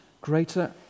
Greater